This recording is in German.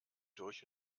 durch